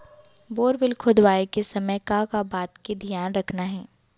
Borewell खोदवाए के समय का का बात के धियान रखना हे?